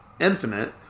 infinite